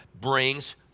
brings